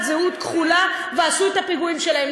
זהות כחולה ועשו את הפיגועים שלהם.